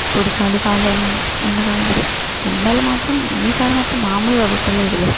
ఇప్పుడు చలికాలం ఎండ కాలం ఇప్పుడు ఎండలు మాత్రం ఈసారి మాత్రం మామూలుగా గొట్టలేదులే